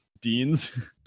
deans